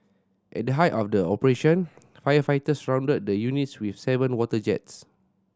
at the height of the operation firefighters surrounded the units with seven water jets